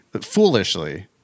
foolishly